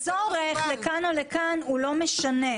הצורך לכאן או לכאן לא משנה.